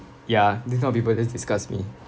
ya this kind of people just disgusts me